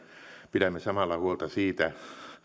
pidämme samalla huolta siitä